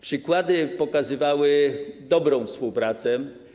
Przykłady pokazywały dobrą współpracę.